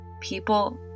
People